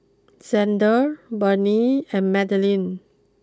Zander Barnie and Madeline